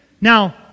now